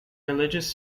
religious